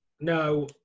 No